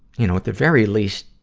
you know, at the very least,